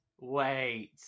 wait